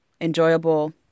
enjoyable